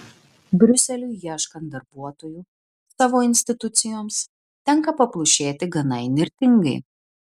briuseliui ieškant darbuotojų savo institucijoms tenka paplušėti gana įnirtingai